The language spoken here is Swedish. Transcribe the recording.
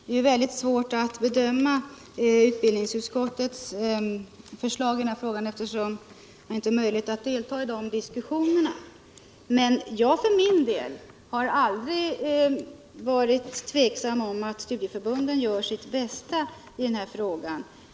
Herr talman! Det är väldigt svårt att bedöma utbildningsutskottets förslag i det här ärendet, eftersom det inte är möjligt för oss att delta i utskottsdiskussionerna. Jag för min del har aldrig tvivlat på att studieförbunden gör sitt bästa i denna fråga.